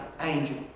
angel